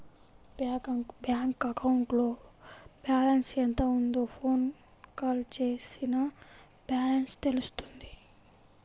bank అకౌంట్లో balance ఎంత ఉందో ఫోన్ కాల్ చేసినా బ్యాలెన్స్ తెలుస్తుంది